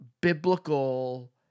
biblical